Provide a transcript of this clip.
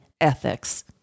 ethics